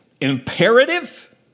imperative